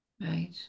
Right